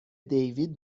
دیوید